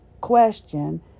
question